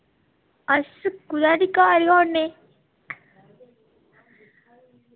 अस कुतै नी घर गै होन्ने